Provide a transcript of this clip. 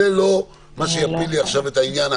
זה לא מה שיפיל לי עכשיו את העניין,